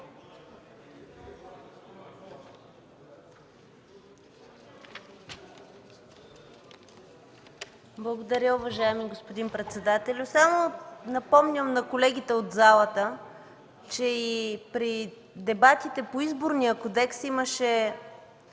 Благодаря, уважаеми господин председателю. Само напомням на колегите от залата, че и при дебатите по Изборния кодекс имаше